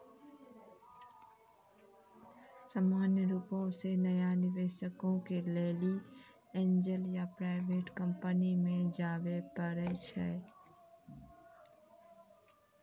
सामान्य रुपो से नया निबेशको के लेली एंजल या प्राइवेट कंपनी मे जाबे परै छै